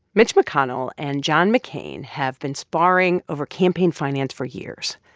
mitch mcconnell and john mccain have been sparring over campaign finance for years.